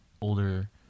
older